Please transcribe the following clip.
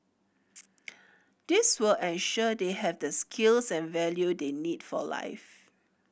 this will ensure they have the skills and value they need for life